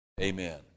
Amen